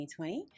2020